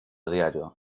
diario